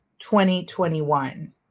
2021